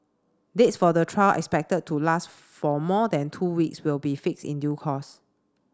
dates for the trial expected to last for more than two weeks will be fixed in due course